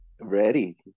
Ready